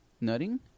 Nutting